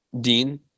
Dean